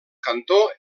cantó